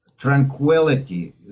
Tranquility